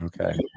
Okay